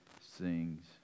sings